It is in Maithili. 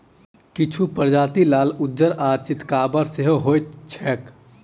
किछु प्रजाति लाल, उज्जर आ चितकाबर सेहो होइत छैक